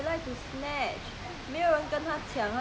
抢好可能是觉得好像比较勇